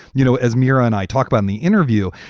you know, as mira and i talk about in the interview,